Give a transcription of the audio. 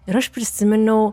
ir aš prisiminiau